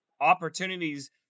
opportunities